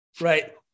right